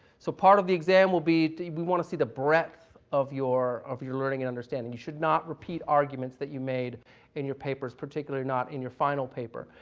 so part of the exam will be we want to see the breadth of your of your learning and understanding. you should not repeat arguments that you made in your papers, particularly, not in your final paper.